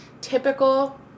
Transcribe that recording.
typical